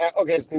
Okay